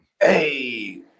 Hey